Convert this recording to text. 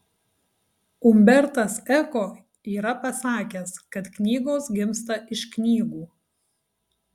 umbertas eko yra pasakęs kad knygos gimsta iš knygų